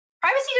Privacy